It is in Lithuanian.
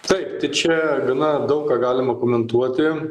taip tai čia gana daug ką galima komentuoti